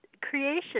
creation